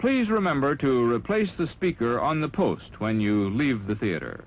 please remember to replace the speaker on the post when you leave the theater